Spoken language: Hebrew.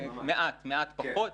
מעט פחות.